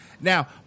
Now